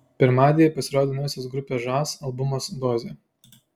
pirmadienį pasirodė naujasis grupės žas albumas dozė